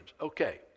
okay